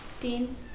Dean